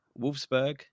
Wolfsburg